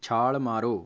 ਛਾਲ ਮਾਰੋ